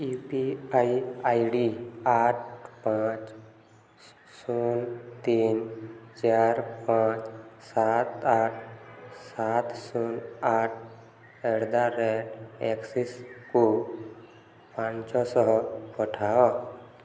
you P I I D ଆଠ ପାଞ୍ଚ ଶୂନ ତିନି ଚାରି ପାଞ୍ଚ ସାତ ଆଠ ସାତ ଶୂନ ଆଠ ଆଟ୍ ଦ ରେଟ୍ ଆକ୍ସିସ୍କୁ ପାଞ୍ଚଶହ ପଠାଅ